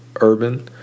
urban